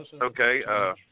Okay